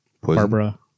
Barbara